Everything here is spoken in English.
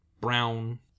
brown